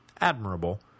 Admirable